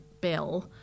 bill